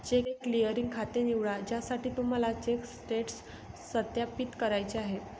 check clearing खाते निवडा ज्यासाठी तुम्हाला चेक स्टेटस सत्यापित करायचे आहे